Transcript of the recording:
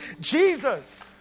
Jesus